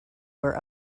where